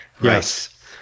Yes